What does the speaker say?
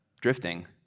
drifting